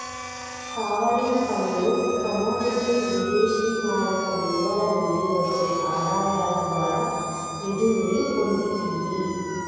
sovereign ఫండ్లు commodity విదేశీమారక నిల్వల నుండి వచ్చే ఆదాయాల ద్వారా నిధుల్ని పొందుతియ్యి